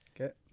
Okay